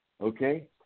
Okay